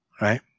right